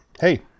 hey